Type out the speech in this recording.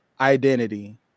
identity